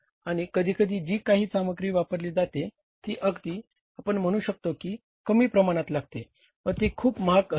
आणि कधीकधी जी काही सामग्री वापरली जाते ती अगदी आपण म्हणू शकतो की कमी प्रमाणात लागते व ती खूप महाग असते